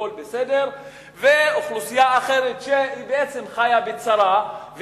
ולעומתה אוכלוסייה אחרת שחיה בצרה,